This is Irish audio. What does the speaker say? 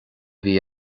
bhí